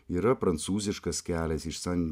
yra prancūziškas kelias iš san